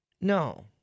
No